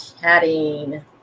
chatting